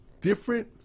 different